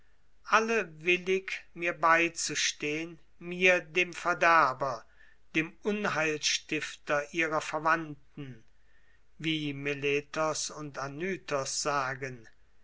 alle willig mir beizustehen mir dem verderber dem unheilstifter ihrer verwandten wie meletos und anytos sagen